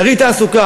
יריד תעסוקה.